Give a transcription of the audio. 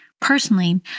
Personally